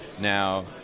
Now